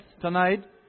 tonight